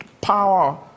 power